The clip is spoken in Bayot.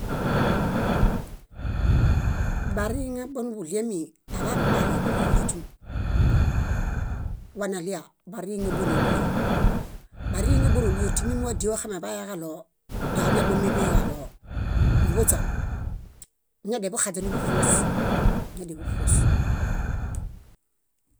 Bariŋe boniḃuɭiemi aḃaḃu maɭoḃo léźum, waneɭia bariŋe bórolio. Bariŋe bórolio tímimiwadie waxameḃayaġaɭoo tóañabomeḃeġaɭoo nuḃuźon, buñadianiḃuxaźen, núḃuṗuos.